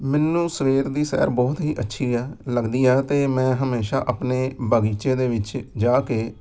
ਮੈਨੂੰ ਸਵੇਰ ਦੀ ਸੈਰ ਬਹੁਤ ਹੀ ਅੱਛੀ ਆ ਲੱਗਦੀ ਆ ਅਤੇ ਮੈਂ ਹਮੇਸ਼ਾ ਆਪਣੇ ਬਗੀਚੇ ਦੇ ਵਿੱਚ ਜਾ ਕੇ